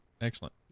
excellent